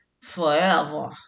forever